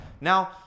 now